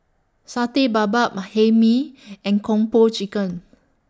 Satay Babat Ma Hae Mee and Kung Po Chicken